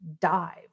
Dive